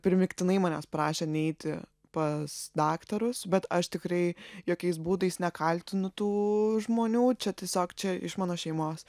primygtinai manęs prašė neiti pas daktarus bet aš tikrai jokiais būdais nekaltinu tų žmonių čia tiesiog čia iš mano šeimos